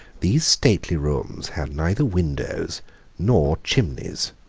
these stately rooms had neither windows nor chimneys.